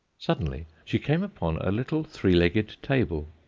suddenly she came upon a little three-legged table,